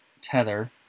Tether